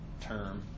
term